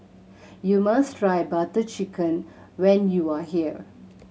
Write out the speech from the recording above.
you must try Butter Chicken when you are here